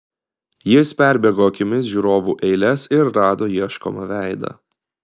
jis perbėgo akimis žiūrovų eiles ir rado ieškomą veidą